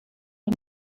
der